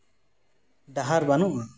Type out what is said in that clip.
ᱰᱟᱦᱟᱨ ᱵᱟᱹᱱᱩᱜᱼᱟ